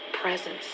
presence